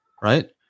right